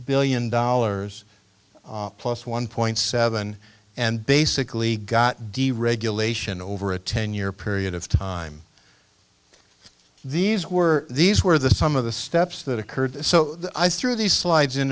billion dollars plus one point seven and basically got deregulation over a ten year period of time these were these were the some of the steps that occurred so i threw these slides in